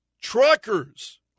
Truckers